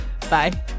bye